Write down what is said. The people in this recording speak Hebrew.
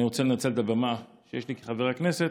אני רוצה לנצל את הבמה שיש לי כחבר כנסת